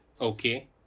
Okay